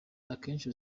akenshi